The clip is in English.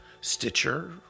Stitcher